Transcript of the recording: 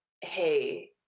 hey